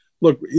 Look